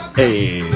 Hey